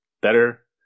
better